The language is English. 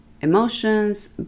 emotions